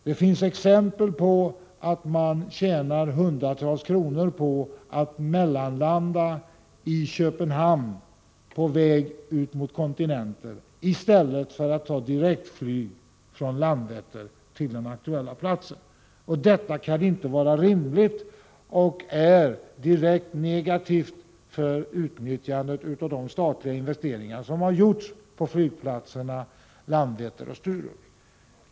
Det finns exempel på att man på väg mot kontinenten kan tjäna hundratals kronor på att mellanlanda i Köpenhamn i stället för att ta direktflyg från Landvetter till den aktuella platsen. Detta kan inte vara rimligt och är direkt negativt för utnyttjandet av de statliga investeringar som har gjorts på flygplatserna Landvetter och Sturup.